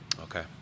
Okay